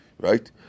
Right